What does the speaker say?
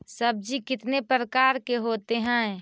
सब्जी कितने प्रकार के होते है?